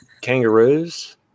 Kangaroos